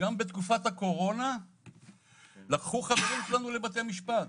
גם בתקופת הקורונה לקחו חברים שלנו לבתי משפט.